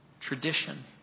tradition